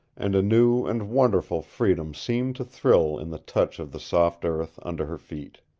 and a new and wonderful freedom seemed to thrill in the touch of the soft earth under her feet.